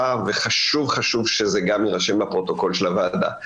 וחשוב חשוב שזה גם יירשם בפרוטוקול הוועדה.